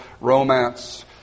romance